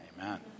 Amen